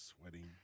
sweating